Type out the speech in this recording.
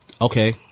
Okay